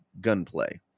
gunplay